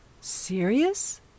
Serious